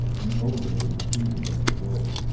and older than the freedom of the vaud.